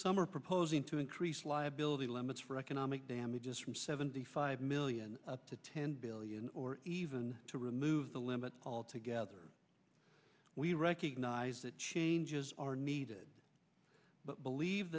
are proposing to increase liability limits for economic damages from seventy five million to ten billion or even to remove the limit altogether we recognize that changes are needed but believe